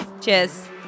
Cheers